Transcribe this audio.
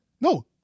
No